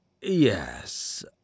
Yes